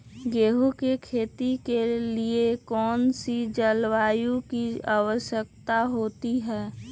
गेंहू की खेती के लिए कौन सी जलवायु की आवश्यकता होती है?